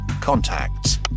contacts